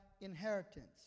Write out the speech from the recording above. inheritance